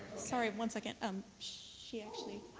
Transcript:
sorry, one second. um she actually